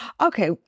Okay